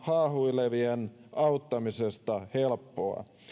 haahuilevien auttamisesta helppoa